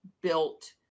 built